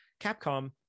Capcom